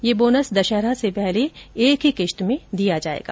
ये बोनस दशहरा से पहले एक ही किश्त में दिया जाएगा